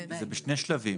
זה בשני שלבים.